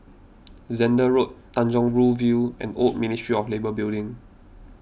Zehnder Road Tanjong Rhu View and Old Ministry of Labour Building